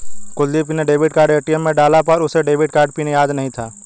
कुलदीप ने debit card ATM में डाला पर उसे डेबिट कार्ड पिन याद नहीं था